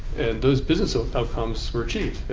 and those business ah outcomes were achieved.